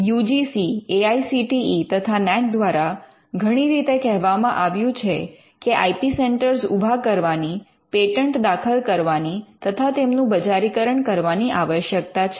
you G C A I C T E તથા NAAC દ્વારા ઘણી રીતે કહેવામાં આવ્યું છે કે આઇ પી સેન્ટર ઉભા કરવાની પેટન્ટ દાખલ કરવાની તથા તેમનું બજારીકરણ કરવાની આવશ્યકતા છે